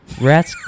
Rats